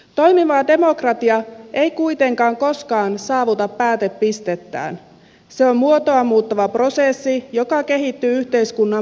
toimiva demokratia ei kuitenkaan koskaan saavuta päätepistettään se on muotoaan muuttava prosessi joka kehittyy yhteiskunnan muutoksen mukana